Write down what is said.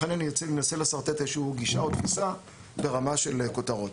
לכן אני אנסה לשרטט איזושהי גישה או תפיסה ברמה של כותרות.